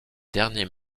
dernier